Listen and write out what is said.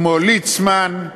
כמו ליצמן,